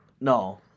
No